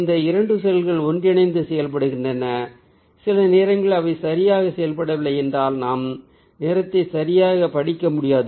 இந்த இரண்டு செல்கள் ஒன்றிணைந்து செயல்படுகின்றன சில நேரங்களில் அவை சரியாக செயல்படவில்லை என்றால் நாம் நிறத்தை சரியாகப் படிக்க முடியாது